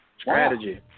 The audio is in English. Strategy